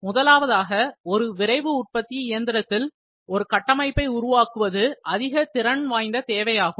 முதலாவதாக ஒரு விரைவு உற்பத்தி இயந்திரத்தில் ஒரு கட்டமைப்பை உருவாக்குவது அதிக திறன் வாய்ந்த தேவையாகும்